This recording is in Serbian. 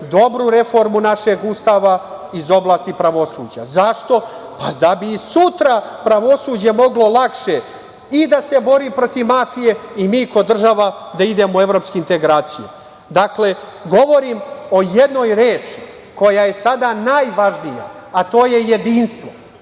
dobru reformu našeg Ustava iz oblasti pravosuđa. Zašto? Da bi sutra pravosuđe moglo lakše i da se bori protiv mafije i mi kao država da idemo u evropske integracije. Dakle, govorim o jednoj reči, koja je sada najvažnija, a to je jedinstvo,